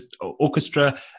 orchestra